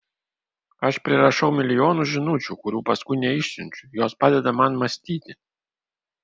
aš prirašau milijonus žinučių kurių paskui neišsiunčiu jos padeda man mąstyti